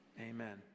Amen